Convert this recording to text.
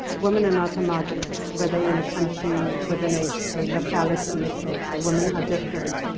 women are not homogenized, whether in a country, within a a locality, et cetera. women are different.